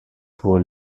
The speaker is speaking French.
pour